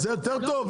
זה יותר טוב?